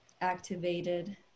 activated